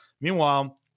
Meanwhile